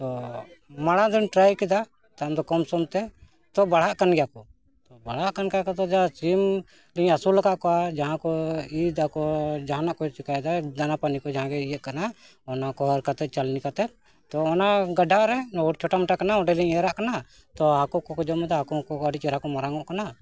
ᱛᱚ ᱢᱟᱲᱟᱝ ᱫᱷᱟᱣ ᱤᱧ ᱴᱨᱟᱭ ᱠᱮᱫᱟ ᱛᱟᱭᱚᱢ ᱫᱚ ᱠᱚᱢ ᱥᱚᱢ ᱛᱮ ᱛᱚ ᱵᱟᱲᱦᱟᱜ ᱠᱟᱱ ᱜᱮᱭᱟ ᱠᱚ ᱛᱚ ᱵᱟᱲᱟᱜ ᱠᱟᱱ ᱠᱟᱱ ᱠᱷᱟᱱ ᱠᱚ ᱡᱟ ᱥᱤᱢ ᱞᱤᱧ ᱟᱹᱥᱩᱞ ᱟᱠᱟᱫ ᱠᱚᱣᱟ ᱡᱟᱦᱟᱸ ᱠᱚ ᱤᱫᱟ ᱠᱚ ᱡᱟᱦᱟᱱᱟᱜ ᱠᱚ ᱪᱤᱠᱟᱹᱭᱮᱫᱟ ᱫᱟᱱᱟᱯᱟᱱᱤ ᱠᱚ ᱡᱟᱦᱟᱸ ᱜᱮ ᱤᱭᱟᱹᱜ ᱠᱟᱱᱟ ᱚᱱᱟ ᱠᱚ ᱦᱟᱺᱨ ᱠᱟᱛᱮ ᱪᱟᱞᱱᱤ ᱠᱟᱛᱮ ᱛᱚ ᱚᱱᱟ ᱜᱟᱰᱰᱷᱟ ᱨᱮ ᱟᱣᱨ ᱪᱷᱚᱴᱟ ᱢᱚᱴᱟ ᱠᱟᱱᱟ ᱚᱸᱰᱮ ᱞᱤᱧ ᱮᱨᱟᱜ ᱠᱟᱱᱟ ᱛᱚ ᱦᱟᱠᱩ ᱠᱚᱠᱚ ᱡᱚᱢ ᱮᱫᱟ ᱦᱟᱠᱩ ᱠᱚ ᱟᱹᱰᱤ ᱪᱮᱦᱨᱟ ᱠᱚ ᱢᱟᱨᱟᱝᱚᱜ ᱠᱟᱱᱟ